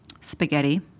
spaghetti